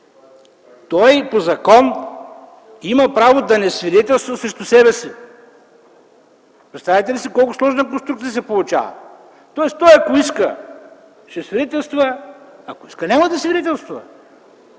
той и по закон има право да не свидетелства срещу себе си. Представяте ли си колко сложна конструкция се получава? Тоест той, ако иска – ще свидетелства, ако иска – няма да свидетелства.